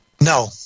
No